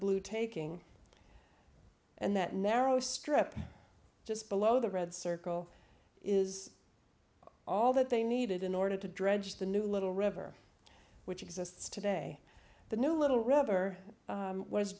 blue taking and that narrow strip just below the red circle is all that they needed in order to dredge the new little river which exists today the new little r